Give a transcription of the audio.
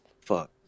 fuck